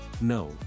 No